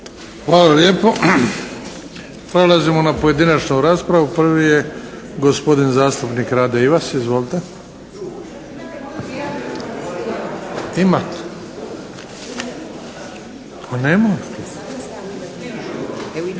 Hvala lijepo. Prelazimo na pojedinačnu raspravu. Prvi je gospodin zastupnik Rade Ivas. Izvolite. … /Upadica